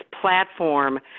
platform